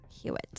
Hewitt